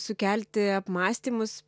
sukelti apmąstymus